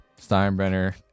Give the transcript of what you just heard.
Steinbrenner